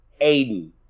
Aiden